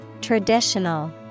Traditional